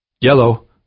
Yellow